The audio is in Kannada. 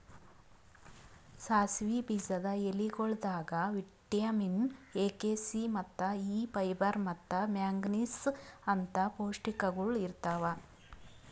ಸಾಸಿವಿ ಬೀಜದ ಎಲಿಗೊಳ್ದಾಗ್ ವಿಟ್ಯಮಿನ್ ಎ, ಕೆ, ಸಿ, ಮತ್ತ ಇ, ಫೈಬರ್ ಮತ್ತ ಮ್ಯಾಂಗನೀಸ್ ಅಂತ್ ಪೌಷ್ಟಿಕಗೊಳ್ ಇರ್ತಾವ್